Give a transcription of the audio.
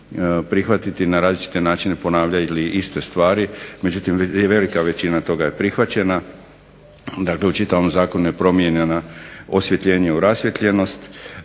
prihvatiti na različite načine ponavljali iste stvari, međutim velika većina toga je prihvaćena, dakle u čitavom zakonu je promijenjena osvjetljenje u rasvijetljenost,